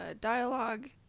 dialogue